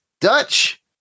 Dutch